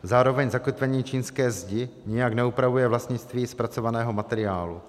Zároveň zakotvení čínské zdi nijak neupravuje vlastnictví zpracovaného materiálu.